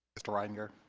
mr. reitinger